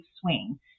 swing